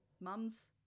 mum's